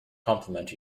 complement